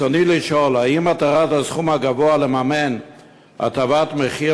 ברצוני לשאול: האם מטרת הסכום הגבוה היא לממן הטבת מחיר